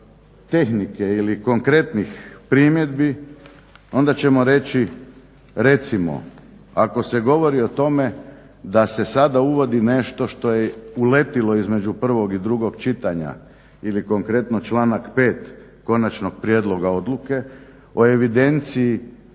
tehnike ili konkretnih primjedbi, onda ćemo reći recimo ako se govori o tome da se sada uvodi nešto što je uletilo između prvog i drugog čitanja ili konkretno članak 5. Konačnog prijedloga odluke o evidenciji